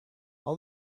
all